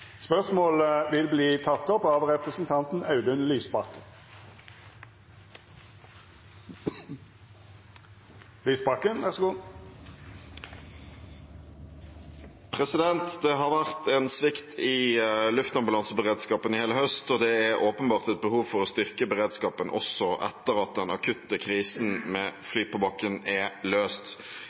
vil verta teke opp av representanten Audun Lysbakken. «Det har vært en svikt i luftambulanseberedskapen i hele høst, og det er åpenbart et behov for å styrke beredskapen, også etter at den akutte krisen med fly på bakken er løst.